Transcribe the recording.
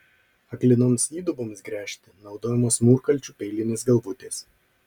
aklinoms įduboms gręžti naudojamos mūrkalčių peilinės galvutės